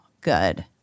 good